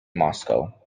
moscow